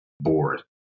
board